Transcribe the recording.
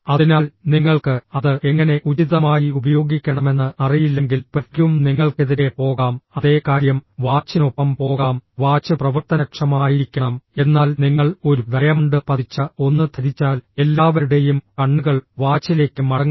അതിനാൽ നിങ്ങൾക്ക് അത് എങ്ങനെ ഉചിതമായി ഉപയോഗിക്കണമെന്ന് അറിയില്ലെങ്കിൽ പെർഫ്യൂം നിങ്ങൾക്കെതിരെ പോകാം അതേ കാര്യം വാച്ചിനൊപ്പം പോകാം വാച്ച് പ്രവർത്തനക്ഷമമായിരിക്കണം എന്നാൽ നിങ്ങൾ ഒരു ഡയമണ്ട് പതിച്ച ഒന്ന് ധരിച്ചാൽ എല്ലാവരുടെയും കണ്ണുകൾ വാച്ചിലേക്ക് മടങ്ങുന്നു